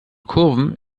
kurven